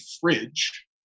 fridge